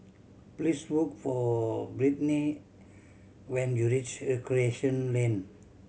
please look for Britni when you reach Recreation Lane